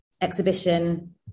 exhibition